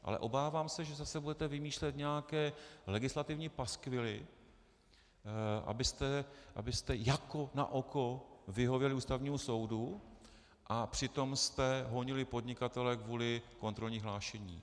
Ale obávám se, že zase budete vymýšlet nějaké legislativní paskvily, abyste jako na oko vyhověli Ústavnímu soudu a přitom jste honili podnikatele kvůli kontrolnímu hlášení.